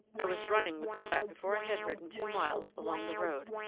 i was running with sweat before i had ridden two miles along the road,